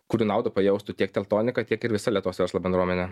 kurių naudą pajaustų tiek teltonika tiek ir visa letos verslo bendruomenė